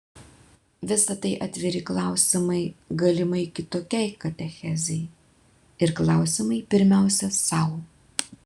visa tai atviri klausimai galimai kitokiai katechezei ir klausimai pirmiausia sau